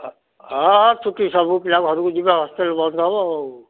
ହଁ ହଁ ଛୁଟି ସବୁପିଲା ଘରକୁ ଯିବେ ହଷ୍ଟେଲ୍ ବନ୍ଦ ହେବ ଆଉ